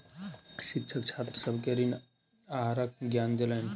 शिक्षक छात्र सभ के ऋण आहारक ज्ञान देलैन